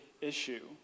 issue